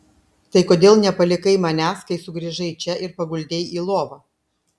tai kodėl nepalikai manęs kai sugrįžai čia ir paguldei į lovą